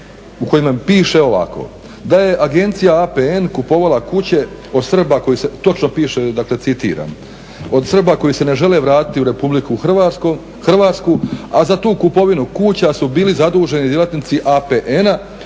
u kojem piše ovako "da je Agencija APN kupovala kuće od Srba" točno piše dakle citiram "koji se ne žele vratiti u RH, a za tu kupovinu kuća su bili zaduženi djelatnici APN-a